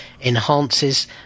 enhances